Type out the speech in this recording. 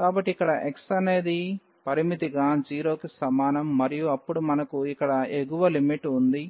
కాబట్టి ఇక్కడ x అనేది పరిమితిగా 0 కి సమానం మరియు అప్పుడు మనకు ఇక్కడ ఎగువ లిమిట్ ఉంది